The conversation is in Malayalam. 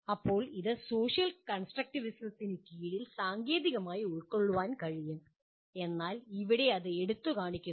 ഇപ്പോൾ ഇത് സോഷ്യൽ കൺസ്ട്രക്റ്റിവിസത്തിന് കീഴിൽ സാങ്കേതികമായി ഉൾക്കൊള്ളാൻ കഴിയും എന്നാൽ ഇവിടെ ഇത് എടുത്തുകാണിക്കുന്നു